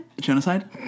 Genocide